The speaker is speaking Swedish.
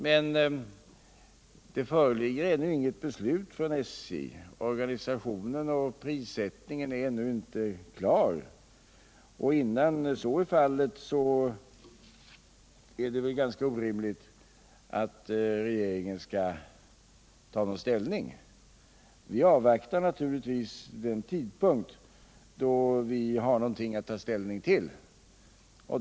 Men det föreligger ännu inget beslut från SJ. Organisationen och prissättningen är ännu inte klara, och innan så är fallet är det ganska orimligt att regeringen skall ta ställning. Vi avvaktar självfallet den tidpunkt då vi har något att ta ställning till.